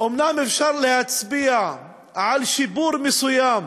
אומנם אפשר להצביע על שיפור מסוים: